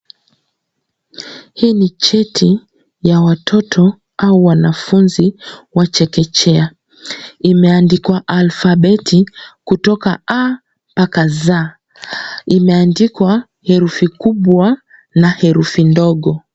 Hii ni cheti ya watoto au wanafunzi wa chekechea. Imeandikwa alphabet kutoka A paka Z. Imeandikwa herufi kubwa na herufi ndogo.